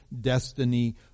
destiny